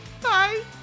bye